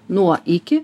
nuo iki